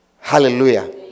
Hallelujah